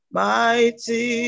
mighty